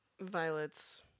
Violet's